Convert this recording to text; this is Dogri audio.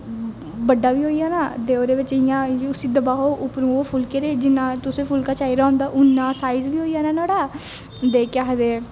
बड्डा बी होई जंदा ओहदे बिच इयां उसी दबाओ उप्परा ओह् फुल्के दे जिन्ना तुसें फुल्का चाहिदा होंदा उन्ना साइज बी होई जाना नुआढ़ा दे केह् आखदे